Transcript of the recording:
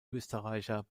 österreicher